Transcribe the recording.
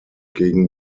gegen